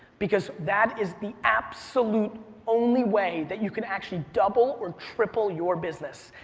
because that is the absolute only way that you can actually double or triple your business.